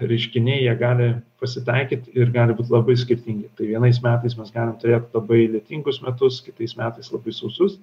reiškiniai jie gali pasitaikyt ir gali būt labai skirtingi tai vienais metais mes galim turėt labai lietingus metus kitais metais labai sausus